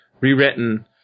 rewritten